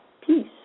peace